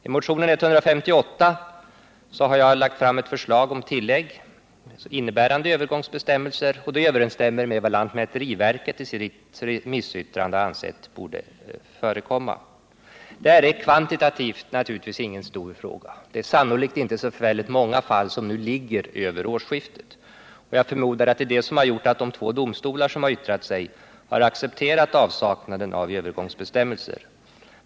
I motionen 158 har jag lagt fram ett förslag om tillägg innebärande övergångsbestämmelser. Förslaget överensstämmer också med vad lantmäteriverket sagt i sitt remissyttrande. Kvantitativt är det här naturligtvis ingen stor fråga. Det är sannolikt inte så många fall som nu ligger hos överinstanserna över årsskiftet. Förmodligen är det detta som gjort att de två domstolar som yttrat sig har accepterat avsaknaden av övergångsbestämmelser.